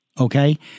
okay